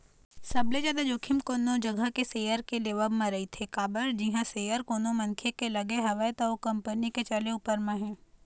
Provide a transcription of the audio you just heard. सबले जादा जोखिम कोनो जघा के सेयर के लेवब म रहिथे काबर जिहाँ सेयर कोनो मनखे के लगे हवय त ओ कंपनी के चले ऊपर म हे